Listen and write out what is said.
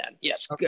Yes